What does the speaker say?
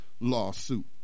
lawsuit